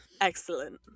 Excellent